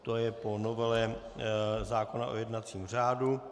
To je po novele zákona o jednacím řádu.